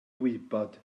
wybod